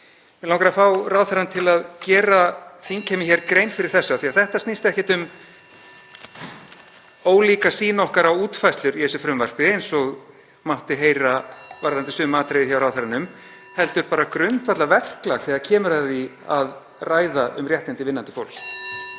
Mig langar að fá ráðherra til að gera þingheimi grein fyrir þessu af því að þetta snýst ekki um ólíka sýn okkar á útfærslu í þessu frumvarpi, eins og mátti (Forseti hringir.) heyra varðandi sum atriði hjá ráðherranum, heldur bara grundvallarverklag þegar kemur að því að ræða um réttindi vinnandi fólks.